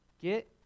get